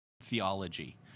theology